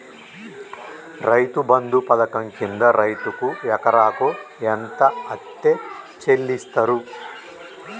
రైతు బంధు పథకం కింద రైతుకు ఎకరాకు ఎంత అత్తే చెల్లిస్తరు?